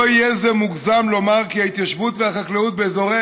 לא יהיה מוגזם לומר כי ההתיישבות והחקלאות באזורי